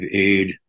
aid